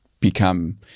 become